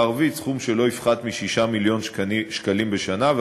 הערבית סכום שלא יפחת מ-6 מיליון שקלים בשנה,